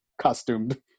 costumed